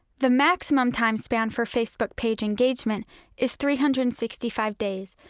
the maximum time span for facebook page engagement is three hundred and sixty five days,